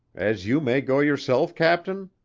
as you may go yourself, captain?